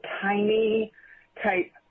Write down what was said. tiny-type